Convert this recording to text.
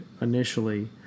initially